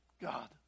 God